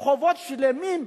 רחובות שלמים,